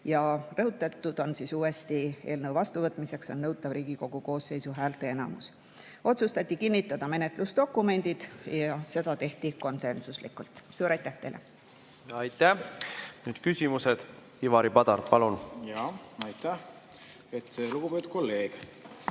rõhutatud, et eelnõu vastuvõtmiseks on nõutav Riigikogu koosseisu häälteenamus. Otsustati kinnitada menetlusdokumendid ja seda tehti konsensuslikult. Suur aitäh teile! Aitäh! Nüüd küsimused. Ivari Padar, palun! Aitäh! Lugupeetud kolleeg!